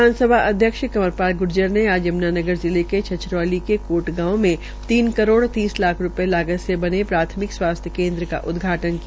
विधानसभा अध्यक्ष कंवर पाल ग्र्जर ने आज यम्नानगर जिले छछरौली के कोट गांव में तीन करोड़ तीस लाख रूपये की लाग से बने प्राथमिक स्वास्थ्य केन्द्र का उदघाटन किया